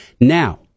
Now